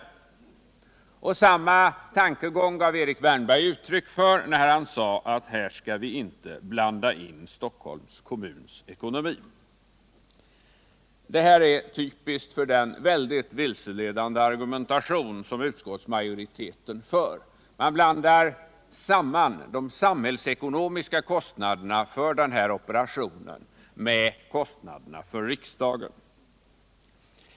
Samma tankegång gav Erik Wärnberg uttryck för när han sade att vi inte skall blanda in Stockholms kommuns ekonomi i detta sammanhang. Det här är typiskt för den mycket vilseledande argumentation som utskottsmajoriteten för. Man blandar samman de samhällsekonomiska kostnaderna för denna operationen med kostnaderna för riksdagen.